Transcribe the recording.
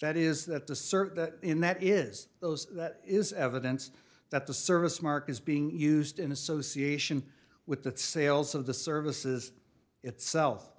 that is that the search in that is those that is evidence that the service mark is being used in association with the sales of the services itself